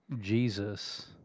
Jesus